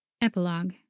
Epilogue